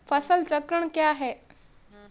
फसल चक्रण क्या है?